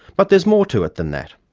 but there's more to it than that.